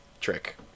trick